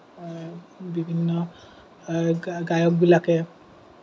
বিভিন্ন গায়ক গায়কবিলাকে